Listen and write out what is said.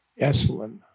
Esalen